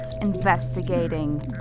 investigating